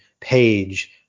page